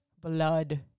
blood